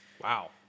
Wow